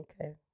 Okay